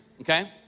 Okay